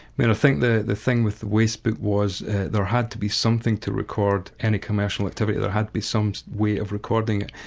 and think the the thing with the waste book was there had to be something to record any commercial activity, there had to be some way of recording it,